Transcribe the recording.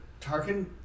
Tarkin